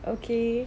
okay